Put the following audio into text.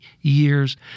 years